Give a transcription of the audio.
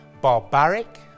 Barbaric